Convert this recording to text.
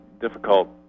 difficult